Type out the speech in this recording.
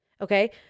Okay